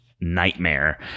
nightmare